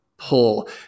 pull